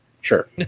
sure